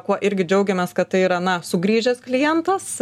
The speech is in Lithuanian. kuo irgi džiaugiamės kad tai yra na sugrįžęs klientas